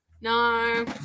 No